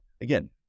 Again